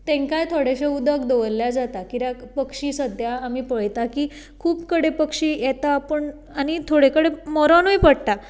तांकाय थोडेंशें उदक दवरल्यार जाता कित्याक पक्षी सद्या आमी पळयता की खूब कडेन पक्षी येता पूण आनी थोडे कडेन मरुनूय पडटा